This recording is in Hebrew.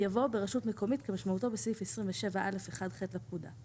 יבוא "ברשות מקומית - כמשמעותו בסעיף 27א1(ח) לפקודה";